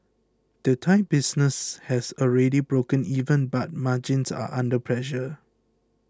the Thai business has already broken even but margins are under pressure